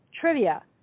Trivia